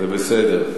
זה בסדר.